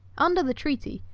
under the treaty,